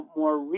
more